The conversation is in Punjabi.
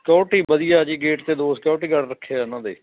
ਸਿਕਿਉਰਟੀ ਵਧੀਆ ਜੀ ਗੇਟ 'ਤੇ ਦੋ ਸਿਕਿਉਰਟੀ ਗਾਰਡ ਰੱਖੇ ਆ ਉਹਨਾਂ ਦੇ